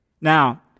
Now